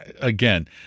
again